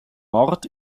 mord